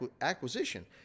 acquisition